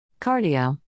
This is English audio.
Cardio